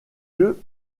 lieu